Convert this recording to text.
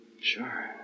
Sure